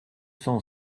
cent